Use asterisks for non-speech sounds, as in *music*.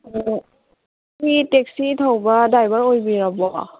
*unintelligible* ꯁꯤ ꯇꯦꯛꯁꯤ ꯊꯧꯕ ꯗ꯭ꯔꯥꯏꯚꯔ ꯑꯣꯏꯕꯤꯔꯕꯣ